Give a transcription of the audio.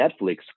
Netflix